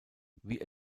wie